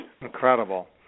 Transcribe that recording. Incredible